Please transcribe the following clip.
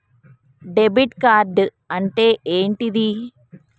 Debit card అంటే ఏంటిది?